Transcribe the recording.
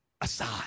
Aside